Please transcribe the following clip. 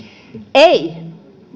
ei